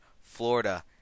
Florida